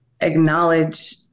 acknowledge